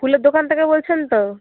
ফুলের দোকান থেকে বলছেন তো